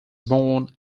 born